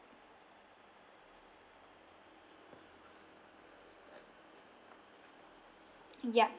ya